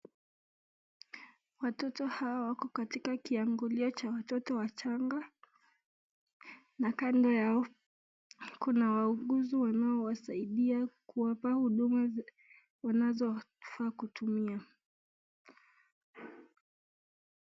Watoto hawa wako katika kiangilio cha watoto wachanga, na kando yao kuna wauguzi wanaowasaidia kuwapa huduma wanazofaa kutumia.